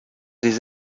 des